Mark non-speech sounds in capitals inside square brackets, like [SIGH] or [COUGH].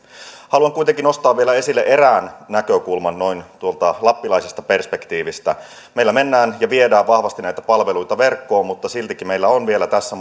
haluan kuitenkin nostaa vielä esille erään näkökulman noin tuolta lappilaisesta perspektiivistä meillä mennään ja viedään vahvasti palveluita verkkoon mutta siltikin meillä on vielä tässä [UNINTELLIGIBLE]